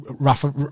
Rafa